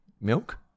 Milk